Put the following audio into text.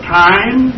time